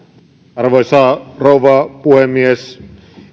arvoisa rouva puhemies